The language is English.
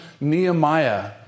Nehemiah